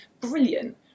Brilliant